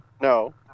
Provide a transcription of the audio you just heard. No